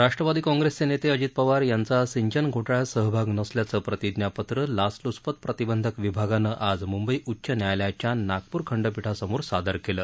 राष्ट्रवादी काँग्रेसचे नेते अजित पवार यांचा सिंचन घोटाळ्यात सहभाग नसल्याचं प्रतिज्ञापत्र लाचलूचपत प्रतिबंधक विभागानं आज मुंबई उच्च न्यायालयाच्या नागपूर खंडपिठासमोर सादर केलं